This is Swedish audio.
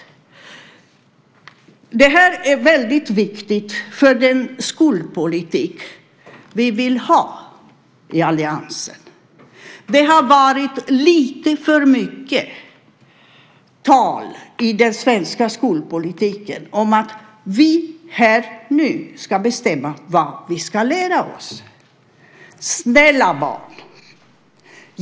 Det här är väldigt viktigt för den skolpolitik vi vill ha i alliansen. Det har varit lite för mycket tal i den svenska skolpolitiken om att vi här ska bestämma vad man ska lära sig. Snälla barn!